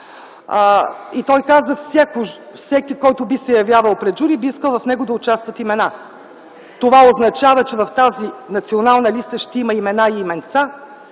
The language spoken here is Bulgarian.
Той каза: всеки, който би се явявал пред жури, би искал в него да участват имена. Това означава, че в тази Национална листа ще има имена и именца